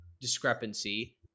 discrepancy